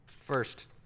First